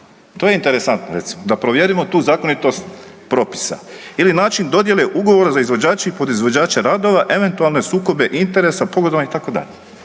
to je interesantno recimo da provjerimo tu zakonitost propisa ili način dodjele ugovora za izvođače i podizvođače radova eventualne sukobe interesa, pogodovanje itd.